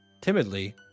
Timidly